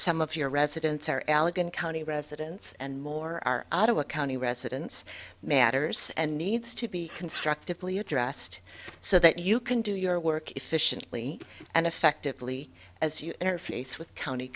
some of your residents are allegan county residents and more are out of a county residents matters and needs to be constructively addressed so that you can do your work efficiently and effectively as you interface with county